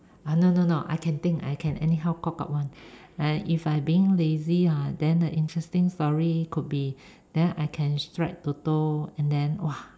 ah no no no I can think I can anyhow cock up one if I being lazy then the interesting story could be then I can strike TOTO and then !wah!